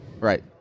Right